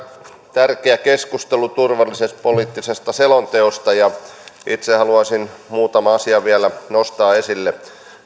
on käyty tärkeä keskustelu turvallisuuspoliittisesta selonteosta ja itse haluaisin muutaman asian vielä nostaa esille